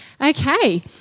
Okay